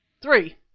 three.